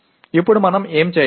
இப்போது நாம் என்ன செய்வது